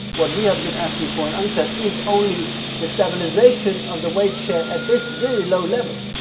what we have been asking for in unctad is only the stabilization of the wage share at this very low level.